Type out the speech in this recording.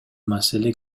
маселе